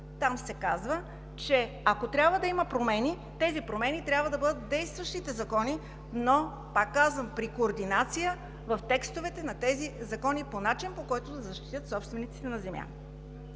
Там се казва, че ако трябва да има промени, тези промени трябва да бъдат в действащите закони, но, пак казвам, при координация в текстовете на тези закони по начин, по който да защитят собствениците на земя.